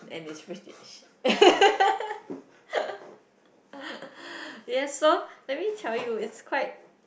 and it's British yeah so let me tell you it's quite